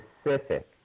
specific